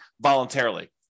voluntarily